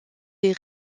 des